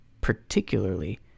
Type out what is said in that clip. particularly